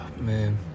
man